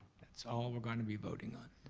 that's all we're gonna be voting on,